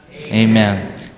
Amen